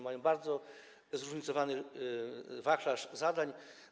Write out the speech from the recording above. Mają bardzo zróżnicowany wachlarz zadań.